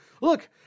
look